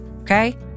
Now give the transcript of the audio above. Okay